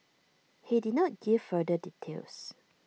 he did not give further details